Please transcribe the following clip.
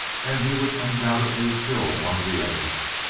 and he would undoubtedly kill one of the others.